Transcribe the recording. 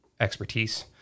expertise